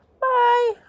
Bye